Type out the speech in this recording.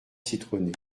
citronnée